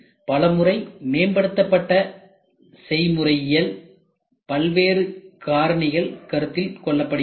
பலமுறை மேம்படுத்தப்பட்ட செய்முறையியல் பல்வேறு காரணிகள் கருத்தில் கொள்ளப்படுகிறது